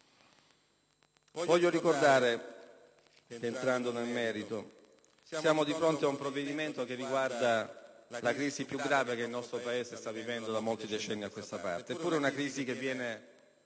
Vorrei ricordare, entrando nel merito, che siamo di fronte ad un provvedimento che riguarda la crisi più grave che il nostro Paese sta vivendo da molti decenni a questa parte. Eppure è una crisi che viene